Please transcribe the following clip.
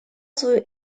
свою